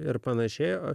ir pan o